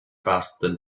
faster